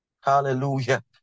Hallelujah